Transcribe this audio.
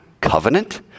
covenant